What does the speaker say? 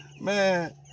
Man